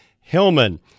Hillman